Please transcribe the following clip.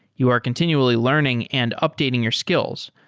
you are continually learning and updating your skills,